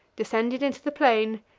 descended into the plain,